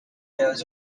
knows